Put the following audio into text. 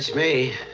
me.